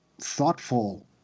thoughtful